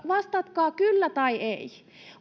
vastatkaa kyllä tai ei